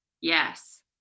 yes